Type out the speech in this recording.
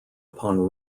upon